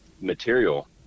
material